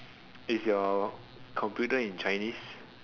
is your computer in chinese